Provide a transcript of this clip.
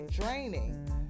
draining